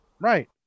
Right